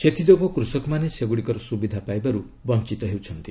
ସେଥିଯୋଗୁଁ କୃଷକମାନେ ସେଗୁଡ଼ିକର ସୁବିଧା ପାଇବାରୁ ବଞ୍ଚିତ ହୋଇଛନ୍ତି